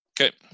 Okay